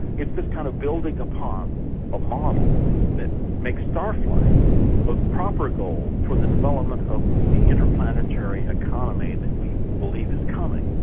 it's this kind of building upon a model that makes star flight a proper goal for the development of the inter-planetary economy that we believe is coming,